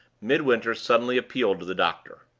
midwinter suddenly appealed to the doctor.